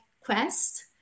quest